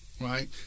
right